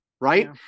right